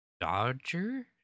Dodger